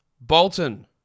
Bolton